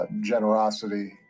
Generosity